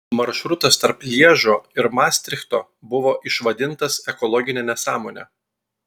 maršrutas tarp lježo ir mastrichto buvo išvadintas ekologine nesąmone